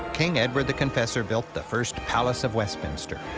king edward the confessor built the first palace of westminster.